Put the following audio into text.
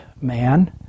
man